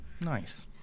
Nice